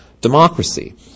democracy